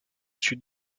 sud